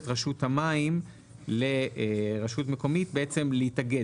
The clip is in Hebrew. רשות המים לרשות מקומית בעצם להתאגד,